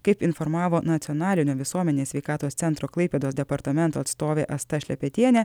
kaip informavo nacionalinio visuomenės sveikatos centro klaipėdos departamento atstovė asta šlepetienė